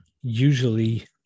usually